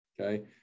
okay